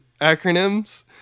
acronyms